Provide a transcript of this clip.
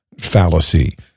fallacy